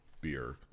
beer